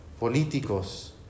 políticos